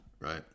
Right